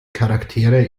charaktere